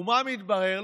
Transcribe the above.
ומה מתברר?